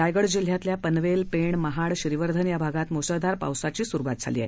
रायगड जिल्ह्यातल्या पनवेल पेण महाड श्रीवर्धन या भागात मुसळधार पावसाची सुरुवात झाली आहे